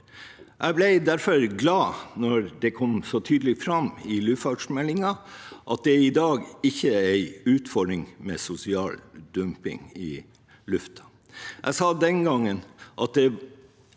Jeg ble derfor glad da det kom så tydelig fram i luftfartsmeldingen at det i dag ikke er noen utfordring med sosial dumping i luften. Jeg sa den gangen at det